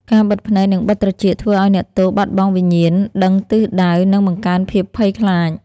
ការបិទភ្នែកនិងបិទត្រចៀកធ្វើឱ្យអ្នកទោសបាត់បង់វិញ្ញាណដឹងទិសដៅនិងបង្កើនភាពភ័យខ្លាច។